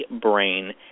brain